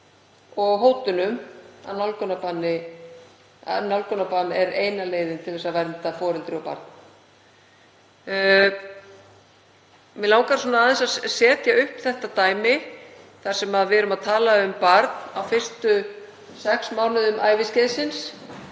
og hótunum að nálgunarbann er eina leiðin til að vernda foreldri og barn. Mig langar aðeins að setja upp þetta dæmi þar sem við erum að tala um barn á fyrstu sex mánuðum æviskeiðsins